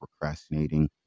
procrastinating